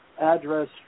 address